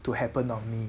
to happen on me